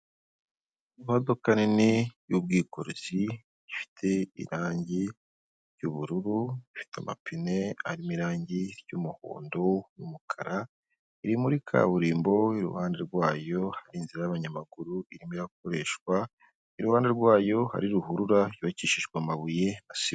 Imodoka nini y'ubwikorezi ifite irangi ry'ubururu, ifite amapine arimo irangi ry'umuhondo n'umukara, iri muri kaburimbo, iruhande rwayo hari inzira y'abanyamaguru irimo irakoreshwa. Iruhande rwayo hari ruhurura yubakishijwe amabuye na sima.